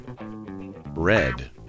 Red